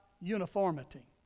uniformity